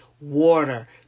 water